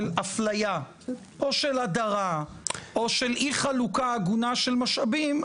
אפליה או של הדרה או של אי חלוקה הגונה של משאבים,